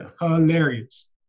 Hilarious